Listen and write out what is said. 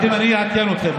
אני אעדכן אתכם,